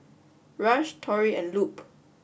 Rush Tori and Lupe